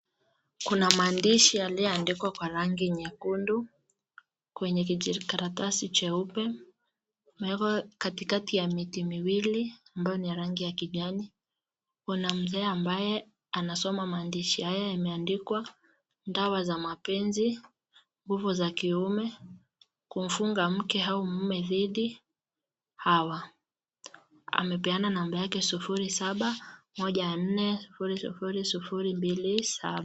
Kuna maandishi yaliyoandikwa kwa rangi nyekundu kwenye kijikaratasi cheupe. Yamewekwa katikati ya miti miwili ambayo ni ya rangi ya kijani. Kuna mzee ambaye anasoma maandishi haya, yameandikwa:Dawa za mapenzi, nguvu za kiume, kufunga mke au mume dhidi hawa. Amepeana namba yake 0714000027.